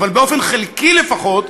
אבל באופן חלקי לפחות,